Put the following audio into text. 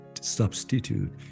substitute